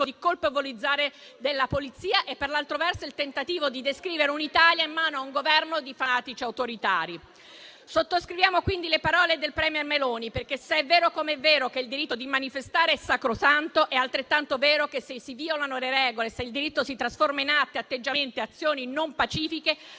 di colpevolizzare la Polizia e per l'altro verso il tentativo di descrivere un'Italia in mano a un Governo di fanatici autoritari. Sottoscriviamo quindi le parole del *premier* Meloni, perché se è vero, com'è vero, che il diritto di manifestare è sacrosanto, è altrettanto vero che, se si violano le regole e se il diritto si trasforma in atti, atteggiamenti e azioni non pacifici,